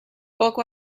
poco